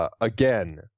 again